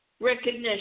recognition